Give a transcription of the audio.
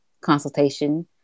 consultation